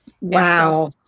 Wow